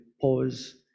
pause